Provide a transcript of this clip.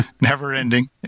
never-ending